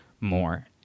more